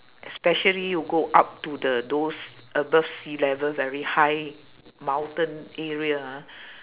especially you go up to the those above sea level very high mountain area ah